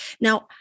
Now